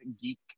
geek